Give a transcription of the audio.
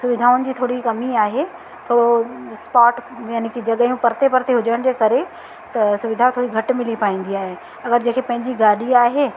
सुविधाउनि जी थोरी कमी आहे थोरो स्पॉट यानी कि जॻहियूं परते परते हुजण जे करे त सुविधा थोरी घटि मिली पाईंदी आहे अगरि जेके पंहिंजी गाॾी आहे